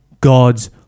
God's